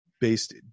based